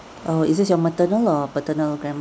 oh is this your maternal or paternal grandma